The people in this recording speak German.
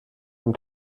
dem